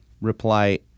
Reply